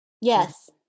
Yes